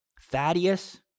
Thaddeus